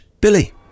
Billy